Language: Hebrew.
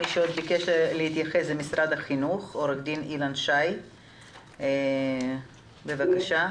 ביקש להתייחס עו"ד אילן שי ממשרד החינוך, בבקשה.